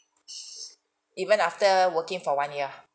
even after working for one year